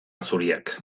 zuriak